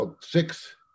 six